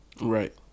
Right